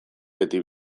beti